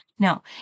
No